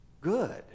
good